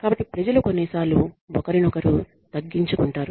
కాబట్టి ప్రజలు కొన్నిసార్లు ఒకరినొకరు తగ్గించుకుంటారు